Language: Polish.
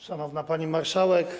Szanowna Pani Marszałek!